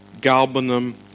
galbanum